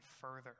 further